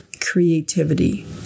creativity